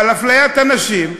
אבל אפליית הנשים,